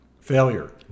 failure